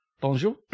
Bonjour